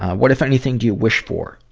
what, if anything, do you wish for?